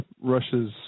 Russia's